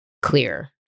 clear